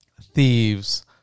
thieves